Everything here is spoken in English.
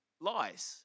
lies